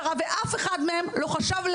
ואף אחד מהם לא חשב,